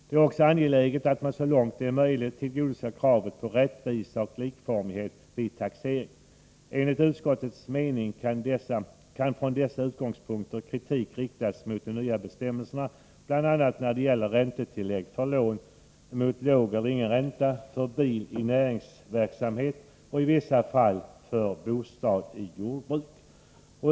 Det är också angeläget att man så långt det är möjligt tillgodoser kravet på rättvisa och likformighet vid taxering. Enligt utskottets mening kan från dessa utgångspunkter kritik riktas mot de nya bestämmelserna, bl.a. när det gäller räntetillägg för lån mot låg eller ingen ränta, för bil i näringsverksamhet och i vissa fall för bostad i jordbruk.